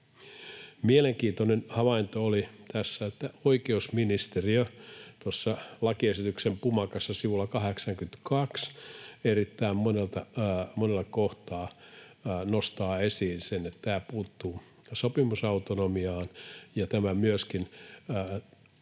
Mielenkiintoinen havainto oli tässä, että oikeusministeriö tuossa lakiesityksen pumaskassa sivulla 82 erittäin monella kohtaa nostaa esiin sen, että tämä puuttuu sopimusautonomiaan ja tämä myöskin tuo